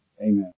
amen